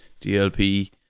DLP